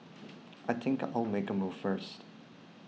I think I'll make a move first